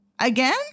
Again